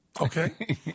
Okay